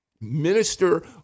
minister